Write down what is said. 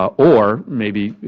ah or maybe